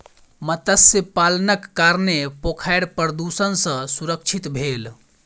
मत्स्य पालनक कारणेँ पोखैर प्रदुषण सॅ सुरक्षित भेल